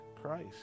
Christ